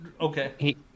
Okay